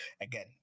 again